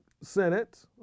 Senate